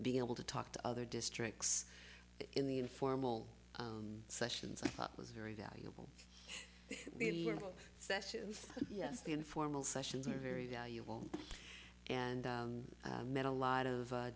being able to talk to other districts in the informal sessions i thought was very valuable sessions yes the informal sessions are very valuable and met a lot of